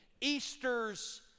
Easter's